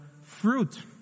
fruit